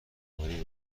معماری